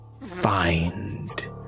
find